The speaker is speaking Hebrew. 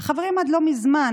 החברים שהיו איתך עד לא מזמן,